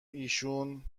ایشون